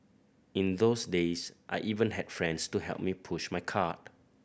in those days I even had friends to help me push my cart